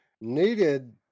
needed